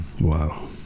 Wow